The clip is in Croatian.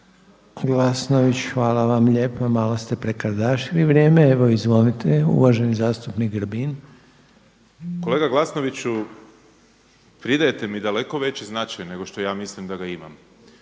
Kolega Glasnoviću pridajte mi daleko veći značaj nego što ja mislim da ga imam.